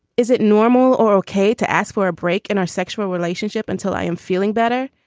is it normal or okay to ask for a break in our sexual relationship until i am feeling better?